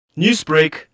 Newsbreak